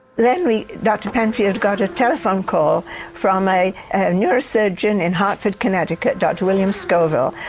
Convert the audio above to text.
then we, dr penfield got a telephone call from a neurosurgeon in hartford, connecticut, dr william scoville,